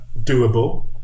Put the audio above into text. doable